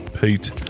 Pete